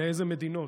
לאילו מדינות,